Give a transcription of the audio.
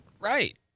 Right